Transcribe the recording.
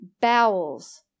bowels